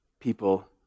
people